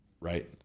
Right